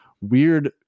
weird